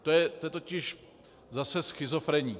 To je totiž zase schizofrenní.